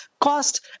cost